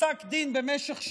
פסק דין במשך שנים,